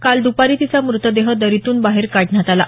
काल दुपारी तिचा मृतदेह दरीतून बाहेर काढण्यात आला